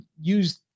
use